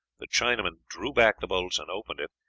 the chinaman drew back the bolts and opened it,